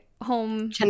home